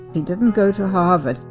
he didn't go to harvard.